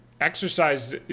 exercise